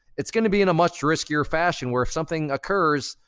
it's gonna be in a much riskier fashion, where, if something occurs,